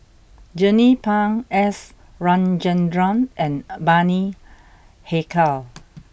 Jernnine Pang S Rajendran and Bani Haykal